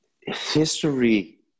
history